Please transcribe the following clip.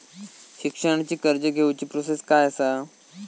शिक्षणाची कर्ज घेऊची प्रोसेस काय असा?